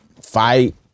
fight